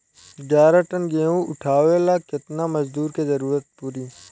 ग्यारह टन गेहूं उठावेला केतना मजदूर के जरुरत पूरी?